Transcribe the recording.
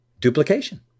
duplication